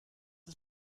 ist